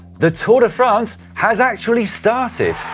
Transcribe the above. the tour de france has actually started.